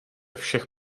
všech